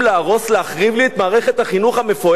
להחריב לי את מערכת החינוך המפוארת שלי,